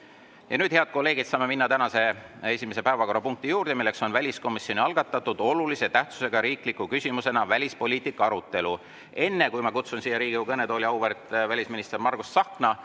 Ja nüüd, head kolleegid, saame minna tänase esimese päevakorrapunkti juurde. Väliskomisjoni algatatud olulise tähtsusega riikliku küsimusena välispoliitika arutelu. Enne kui ma kutsun siia Riigikogu kõnetooli auväärt välisminister Margus Tsahkna,